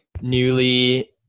newly